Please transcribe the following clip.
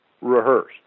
rehearsed